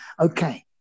Okay